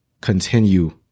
continue